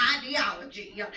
ideology